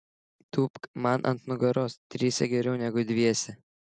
tūpk man ant nugaros trise geriau negu dviese